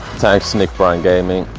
thanks nickbrine gaming,